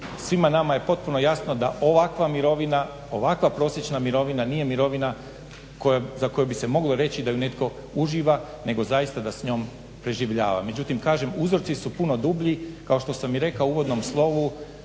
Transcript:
svima nama je potpuno jasno da ovakva mirovina, ovakva prosječna mirovina nije mirovina za koju bi se moglo reći da ju netko uživa, nego zaista da s njom preživljava. Međutim, kažem uzroci su puno dublji. Kao što sam i rekao u uvodnom slovu